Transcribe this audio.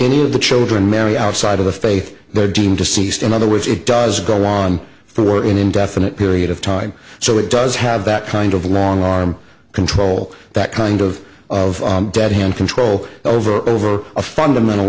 any of the children marry outside of the faith they're deemed deceased in other words it does go on for an indefinite period of time so it does have that kind of long arm control that kind of of dead hand control over over a fundamental